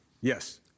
Yes